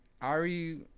Ari